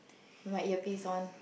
with my ear piece on